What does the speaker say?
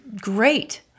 great